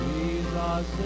Jesus